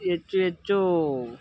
ಹೆಚ್ಚು ಹೆಚ್ಚು